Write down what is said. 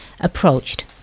approached